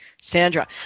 Sandra